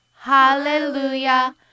hallelujah